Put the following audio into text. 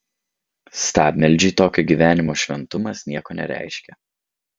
stabmeldžiui tokio gyvenimo šventumas nieko nereiškia